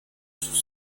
sous